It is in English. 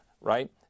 right